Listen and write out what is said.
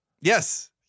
Yes